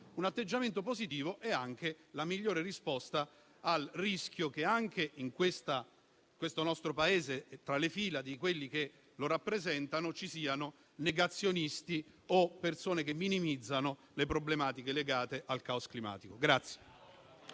a scriverlo il Piano, è anche la migliore risposta al rischio che anche in questo nostro Paese, tra le fila di quelli che lo rappresentano, ci siano negazionisti o persone che minimizzano le problematiche legate al caos climatico.